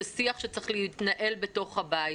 שצריך להתנהל בתוך הבית,